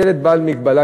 ילד בעל מגבלה,